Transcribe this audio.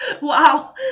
Wow